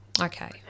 Okay